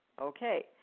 okay